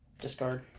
Discard